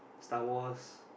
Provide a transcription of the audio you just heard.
Star-Wars